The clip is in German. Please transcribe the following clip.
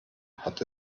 hat